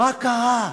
מה קרה?